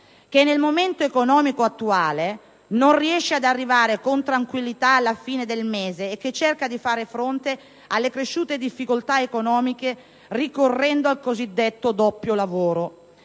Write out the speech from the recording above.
che, nel momento economico attuale, non riesce ad arrivare con tranquillità alla fine del mese e che cerca di far fronte alle cresciute difficoltà economiche ricorrendo al cosiddetto doppio lavoro.